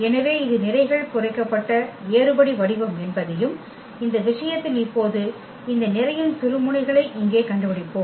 எனவே இது நிரைகள் குறைக்கப்பட்ட ஏறுபடி வடிவம் என்பதையும் இந்த விஷயத்தில் இப்போது இந்த நிரையின் சுழுமுனைகளை இங்கே கண்டுபிடிப்போம்